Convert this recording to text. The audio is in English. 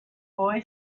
boy